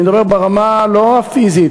אני מדבר ברמה לא הפיזית.